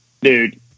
dude